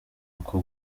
uko